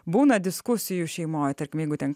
būna diskusijų šeimoj tarkim jeigu tenka